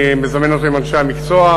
אני מזמן אותו אם אנשי המקצוע,